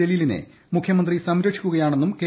ജലീലിനെ മുഖ്യമന്ത്രി സംരക്ഷിക്കുകയാണെന്നും കെ